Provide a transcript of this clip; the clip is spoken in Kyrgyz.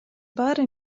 баары